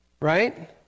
right